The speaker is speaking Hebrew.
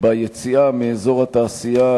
ביציאה מאזור התעשייה,